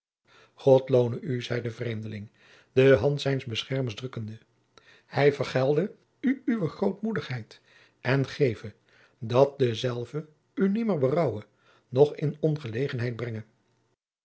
god loone u zeide de vreemdeling de hand zijns beschermers drukkende hij vergelde u uwe grootmoedigheid en geve dat dezelve u nimmer berouwe noch in ongelegenheid brenge